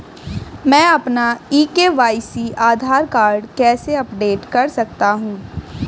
मैं अपना e KYC Aadhaar card कैसे अपडेट कर सकता हूँ?